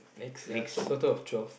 next there's a total of twelve